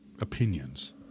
opinions